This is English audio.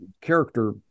character